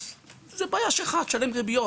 אז זו בעיה שלך תשלם ריביות,